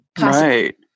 Right